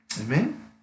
Amen